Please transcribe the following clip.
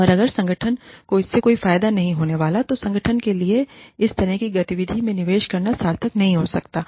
और अगर संगठन को इससे कोई फायदा नहीं होने वाला है तो संगठन के लिए इस तरह की गति विधि में निवेश करना सार्थक नहीं हो सकता है